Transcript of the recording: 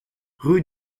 rue